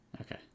okay